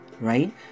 right